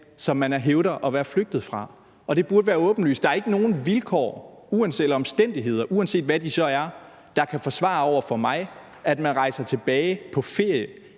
som man hævder at være flygtet fra. Det burde være åbenlyst. Der er ikke nogen vilkår eller omstændigheder, uanset hvad de så er, der kan forsvare over for mig, at man rejser tilbage på ferie